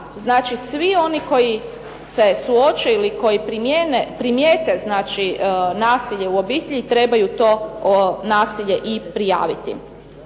znači svi oni koji se suoče ili koji primijete nasilje u obitelji trebaju to nasilje i prijaviti.